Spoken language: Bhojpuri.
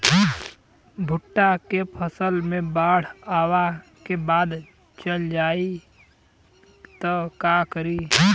भुट्टा के फसल मे बाढ़ आवा के बाद चल जाई त का करी?